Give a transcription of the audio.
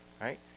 right